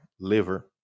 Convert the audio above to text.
liver